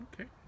Okay